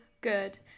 good